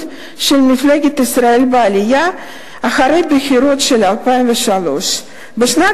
של מפלגת ישראל בעלייה אחרי הבחירות של 2003. בשנת